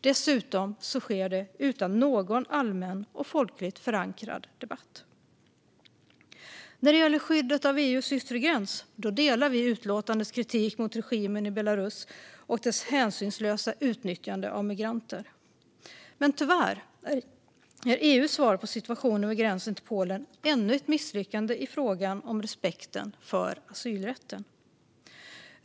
Dessutom sker det utan någon allmän och folkligt förankrad debatt. När det gäller skyddet av EU:s yttre gränser delar vi utlåtandets kritik mot regimen i Belarus och dess hänsynslösa utnyttjande av migranter. Men tyvärr är EU:s svar på situationen vid gränsen till Polen ännu ett misslyckande i fråga om respekten för asylrätten.